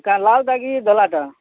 କାଣା ଲାଲ୍ ଚା କି ଧଲା ଚା